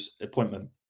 appointment